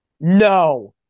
no